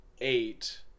eight